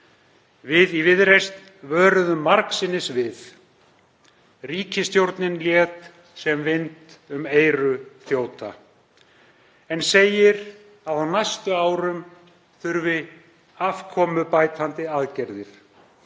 Við í Viðreisn vöruðum margsinns við. Ríkisstjórnin lét það sem vind um eyru þjóta, en segir að á næstu árum þurfi afkomubætandi aðgerðir